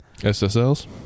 SSLs